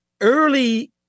early